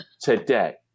today